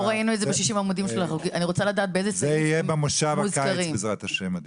זה יהיה במושב הקיץ, בעזרת השם.